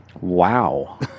wow